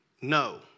no